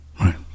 Right